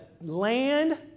land